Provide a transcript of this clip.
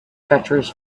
treacherous